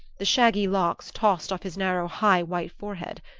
the shaggy locks tossed off his narrow high white forehead.